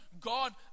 God